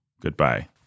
Goodbye